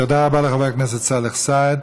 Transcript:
תודה רבה לחבר הכנסת סאלח סעד.